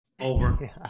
Over